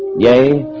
yay.